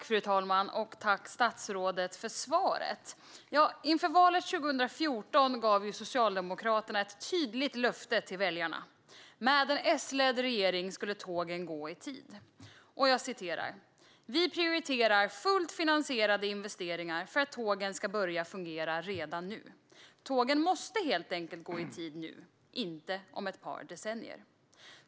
Fru talman! Tack, statsrådet, för svaret! Inför valet 2014 gav Socialdemokraterna ett tydligt löfte till väljarna: Med en S-ledd regering skulle tågen gå i tid. "Därför prioriterar vi fullt finansierade investeringar för att tågen ska börja fungera redan nu. - Tågen måste helt enkelt gå i tid nu, inte om ett par decennier."